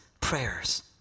prayers